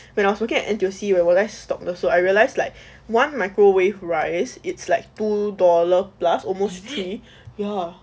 when I was working at N_T_U_C 我在 stock 的时候 I realized like one microwave rice it's like two dollar plus almost three ya